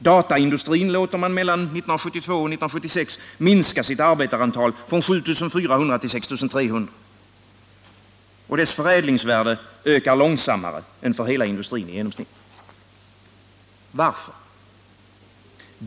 Dataindustrin låter man 1972-1976 minska sitt arbetarantal från 7 400 till 6 300, och dess förädlingsvärde ökar långsammare än för hela industrin i genomsnitt. Varför?